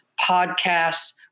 podcasts